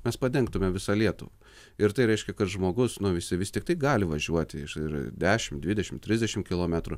mes padengtume visą lietuvą ir tai reiškia kad žmogus nu visi vis tiktai gali važiuoti iš ir dešimt dvidešimt trisdešimt kilometrų